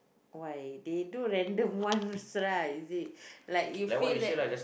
why they do random one first lah is it like you feel that